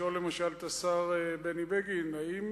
לשאול למשל את השר בני בגין: האם